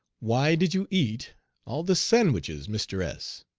why did you eat all the sandwiches, mr. s?